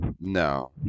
No